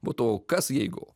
būtų kas jeigu